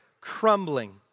crumbling